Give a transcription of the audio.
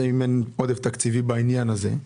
כך הבנו, האם אין עודף תקציבי בנושא הזה?